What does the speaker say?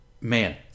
Man